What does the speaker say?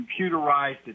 computerized